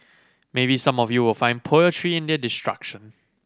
maybe some of you will find poetry in their destruction